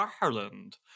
Ireland